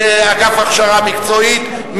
לאגף ההכשרה המקצועית.